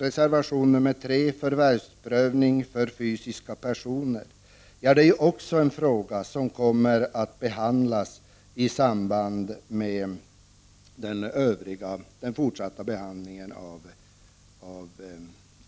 Reservation 3 handlar om förvärvsprövning för fysiska personer. Det är också en fråga som kommer att behandlas i samband med den fortsatta behandlingen av